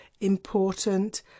important